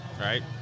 Right